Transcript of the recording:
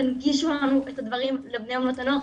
תנגישו לנו את הדברים לבני ובנות הנוער,